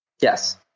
Yes